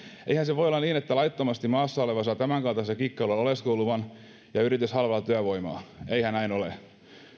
eihän se voi olla niin että laittomasti maassa oleva saa tämänkaltaisella kikkailulla oleskeluluvan ja yritys halvalla työvoimaa eihän näin ole